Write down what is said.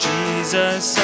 Jesus